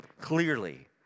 clearly